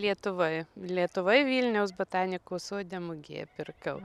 lietuvoj lietuvoj vilniaus botanikos sode mugėje pirkau